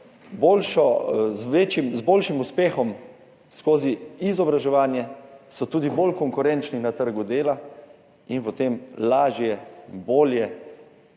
z boljšim uspehom skozi izobraževanje tudi bolj konkurenčni na trgu dela in potem lažje, bolje